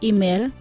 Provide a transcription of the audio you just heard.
Email